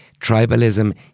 Tribalism